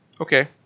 okay